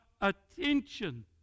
attention